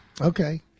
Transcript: Okay